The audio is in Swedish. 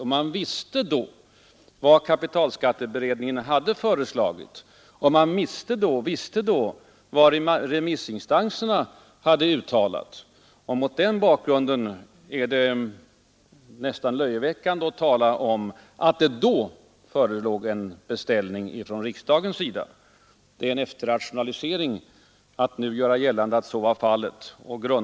Man visste då vad kapitalskatteberedningen hade föreslagit och vad remissinstanserna hade uttalat. Mot den bakgrunden är det nästan löjeväckande att tala om att det då förelåg en ”beställning” från riksdagens sida. Det är en efterrationalisering att nu göra gällande att så var fallet.